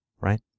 right